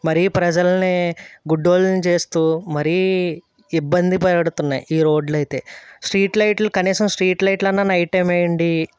మరీ ప్రజలని గుడ్డోలని చేస్తూ మరీ ఇబ్బంది పెడుతున్నాయి ఈ రోడ్లైతే స్ట్రీట్ లైట్లు కనీసం స్ట్రీట్ లైట్లు అన్నా నైట్ టైమ్ వేయండి